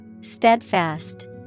Steadfast